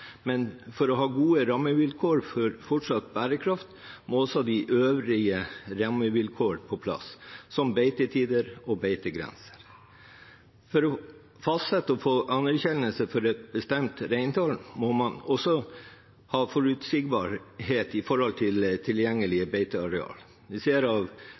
men for å ha gode rammevilkår for fortsatt bærekraft må også de øvrige rammevilkår på plass, som beitetider og beitegress. For å fastsette og få anerkjennelse for et bestemt reintall må man også ha forutsigbarhet når det gjelder tilgjengelig beiteareal. Vi ser av